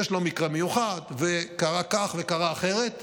יש לו מקרה מיוחד, וקרה כך וקרה אחרת,